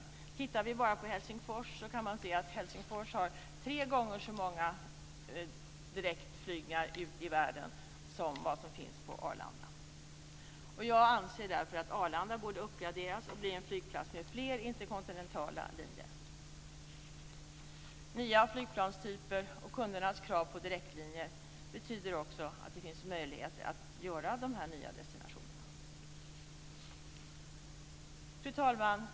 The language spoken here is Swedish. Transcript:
Om vi bara tittar på Helsingfors flygplats kan vi se att man där har tre gånger så många direktflygningar i världen som man har på Arlanda flygplats. Jag anser därför att Arlanda flygplats borde uppgraderas och bli en flygplats med fler interkontinentala linjer. Nya flygplanstyper och kundernas krav på direktlinjer betyder också att det finns möjligheter att införa dessa nya destinationer. Fru talman!